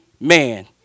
man